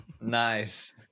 Nice